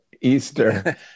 Easter